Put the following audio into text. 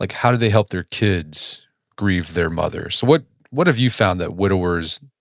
like how do they help their kids grieve their mother? so what what have you found that widowers,